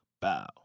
Bow